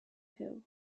hill